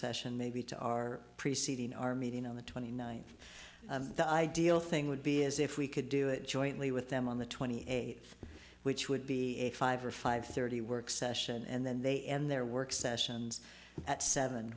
session maybe to our preceding our meeting on the twenty ninth the ideal thing would be is if we could do it jointly with them on the twenty eighth which would be a five or five thirty work session and then they end their work sessions at seven